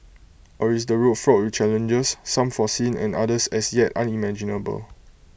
or is the road fraught with challenges some foreseen and others as yet unimaginable